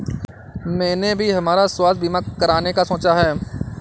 मैंने भी हमारा स्वास्थ्य बीमा कराने का सोचा है